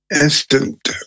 instant